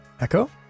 echo